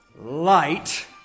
light